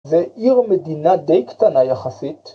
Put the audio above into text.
‫זה עיר מדינה די קטנה יחסית.